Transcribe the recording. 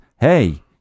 hey